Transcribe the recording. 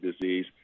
disease